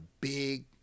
big